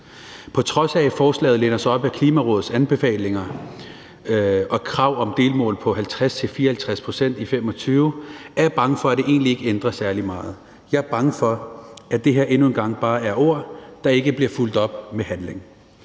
På trods af at forslaget læner sig op ad Klimarådets anbefalinger og krav om delmål på 50-54 pct. i 2025, er jeg bange for, at det egentlig ikke ændrer særlig meget. Jeg er bange for, at det her endnu en gang bare er ord, der ikke bliver fulgt op af handling.